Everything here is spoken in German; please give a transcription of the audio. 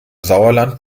sauerland